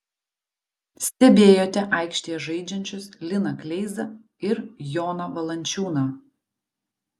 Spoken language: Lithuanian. stebėjote aikštėje žaidžiančius liną kleizą ir joną valančiūną